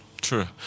True